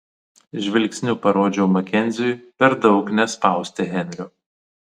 žvilgsniu parodžiau makenziui per daug nespausti henrio